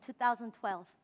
2012